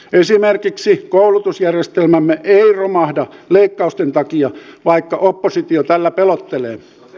esimerkiksi koulutusjärjestelmämme ei romahda leikkausten takia vaikka oppositio tällä pelottelee